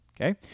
Okay